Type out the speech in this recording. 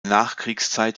nachkriegszeit